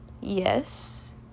Yes